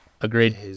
Agreed